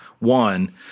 one